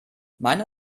meiner